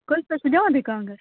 کٍتِس حظ چھِو دِوان تُہۍ کانٛگٕر